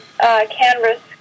canvas